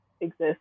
exist